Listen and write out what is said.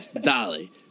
Dolly